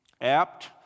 apt